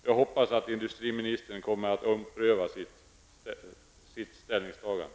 Jag hoppas att industriministern kommer att ompröva sitt ställningstagande.